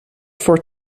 for